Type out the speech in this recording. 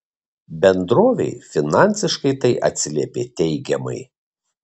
bendrovei finansiškai tai atsiliepė teigiamai